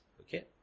Okay